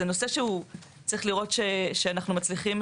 זה נושא שצריך לראות שאנחנו מצליחים